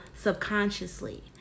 subconsciously